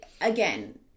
again